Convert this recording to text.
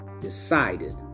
decided